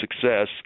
success